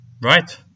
Right